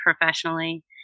professionally